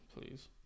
please